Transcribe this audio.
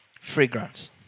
fragrance